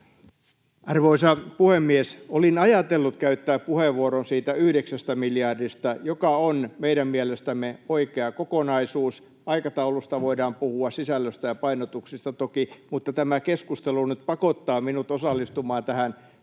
Arvoisa puhemies! Olin ajatellut käyttää puheenvuoron siitä yhdeksästä miljardista, joka on meidän mielestämme oikea kokonaisuus, — aikataulusta voidaan puhua, sisällöstä ja painotuksista toki — mutta tämä keskustelu nyt pakottaa minut osallistumaan tähän sote-keskusteluun.